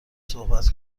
صحبت